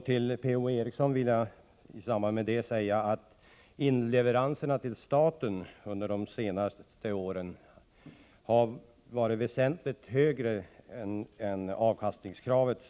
Till Per-Richard Molén vill jag i samband med det säga, att inleveranserna till staten under de senaste åren har varit väsentligt större än avkastningskraven.